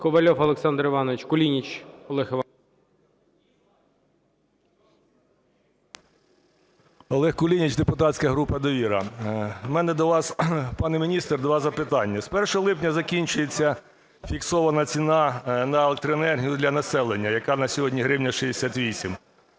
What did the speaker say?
Ковальов Олександр Іванович. Кулініч Олег Іванович. 10:21:15 КУЛІНІЧ О.І. Олег Кулініч, депутатська група "Довіра". У мене до вас, пане міністр, два запитання. З 1 липня закінчується фіксована ціна на електроенергію для населення, яка на сьогодні 1 гривня 68.